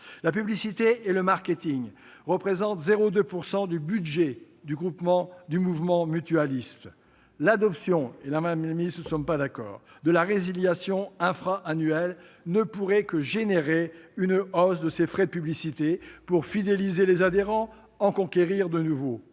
La publicité et le marketing représentent 0,2 % du budget du mouvement mutualiste. Or l'adoption de la résiliation infra-annuelle ne pourrait qu'engendrer une hausse de ces frais de publicité, destinée à fidéliser les adhérents et à en conquérir de nouveaux.